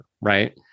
right